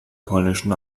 polnischen